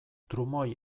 trumoi